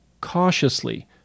cautiously